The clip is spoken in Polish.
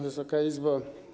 Wysoka Izbo!